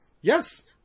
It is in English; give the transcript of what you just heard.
yes